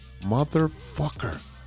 motherfucker